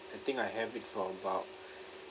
I think I have it for about